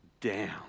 down